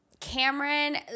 Cameron